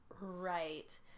Right